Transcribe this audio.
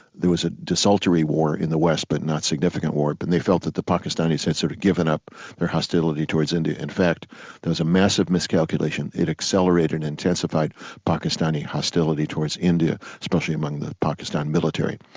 there was a desultory war in the west, but not significant war, and but they felt that the pakistanis had sort of given up their hostility towards india. in fact there's a massive miscalculation, it accelerated and intensified pakistani hostility towards india especially among the pakistan military.